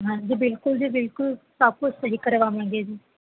ਹਾਂਜੀ ਬਿਲਕੁਲ ਜੀ ਬਿਲਕੁਲ ਸਭ ਕੁਛ ਸਹੀ ਕਰਵਾਵਾਂਗੇ ਜੀ